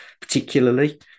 particularly